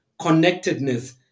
connectedness